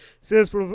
says